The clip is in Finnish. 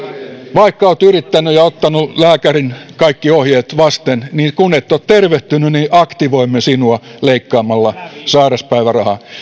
vaikka olet yrittänyt ja ottanut lääkärin kaikki ohjeet vastaan niin kun et ole tervehtynyt niin aktivoimme sinua leikkaamalla sairauspäivärahaa